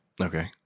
Okay